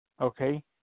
Okay